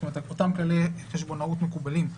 זאת אומרת, אותם כללי חשבונאות מקובלים.